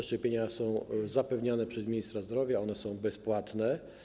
Szczepienia są zapewniane przez ministra zdrowia i są bezpłatne.